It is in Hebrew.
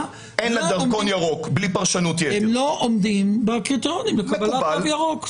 לא עומדים בקריטריונים לקבלת תו ירוק.